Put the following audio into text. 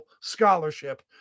scholarship